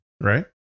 Right